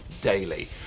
daily